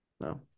No